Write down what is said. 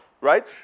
right